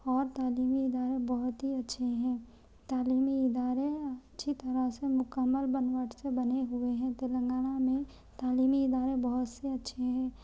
اور تعلیمی ادارے بہت ہی اچھے ہیں تعلیمی ادارے اچھی طرح سے مکمل بناوٹ سے بنے ہوئے ہیں تلنگانہ میں تعلیمی ادارہ بہت سے اچھے ہیں